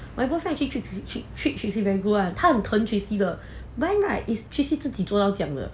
my boyfriend actually treat treat treat tracy very good [one] ah 他很疼 tracy 的 but then right it's tracy 自己做到这样的